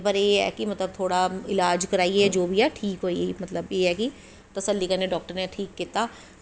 ते पर एह् ऐ कि थोह्ड़ा इलाज़ करवाईयै कोई मतलव एह् ऐ कि तसल्ली कन्नैं डाक्टर नै ठीक कीता